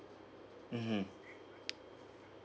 mmhmm